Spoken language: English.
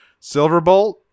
Silverbolt